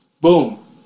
Boom